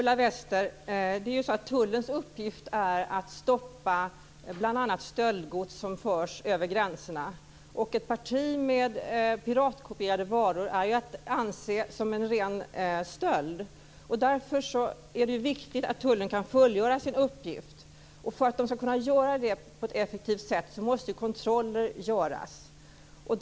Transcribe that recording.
Fru talman! Tullens uppgift, Ulla Wester, är ju bl.a. att stoppa stöldgods som förs över gränserna. Ett parti med piratkopierade varor är ju att anse som rent stöldgods. Därför är det viktigt att tullen kan fullgöra sin uppgift, och för att kunna göra det på ett effektivt sätt måste man göra kontroller.